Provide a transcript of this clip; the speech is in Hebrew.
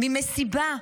ממסיבה,